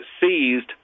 seized